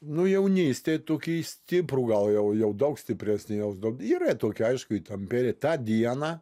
nu jaunystėj tokį stiprų gal jau jau daug stipresnį jau yra tokia aišku įtampėlė tą dieną